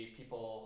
people